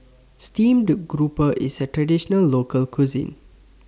Steamed Grouper IS A Traditional Local Cuisine